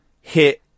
hit